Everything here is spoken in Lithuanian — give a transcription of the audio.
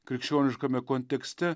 krikščioniškame kontekste